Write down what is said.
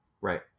Right